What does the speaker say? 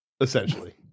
essentially